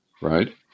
right